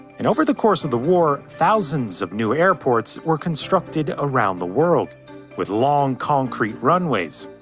and over the course of the war, thousands of new airports were constructed around the world with long concrete runways.